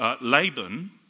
Laban